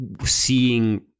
seeing